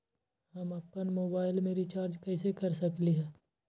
हम अपन मोबाइल में रिचार्ज कैसे कर सकली ह?